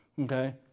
okay